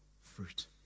fruit